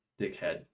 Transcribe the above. dickhead